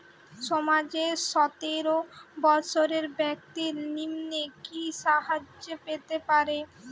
সমাজের সতেরো বৎসরের ব্যাক্তির নিম্নে কি সাহায্য পেতে পারে?